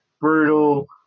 brutal